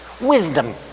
Wisdom